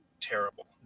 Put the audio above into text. terrible